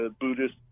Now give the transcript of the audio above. Buddhist